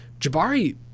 Jabari